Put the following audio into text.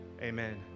Amen